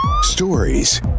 Stories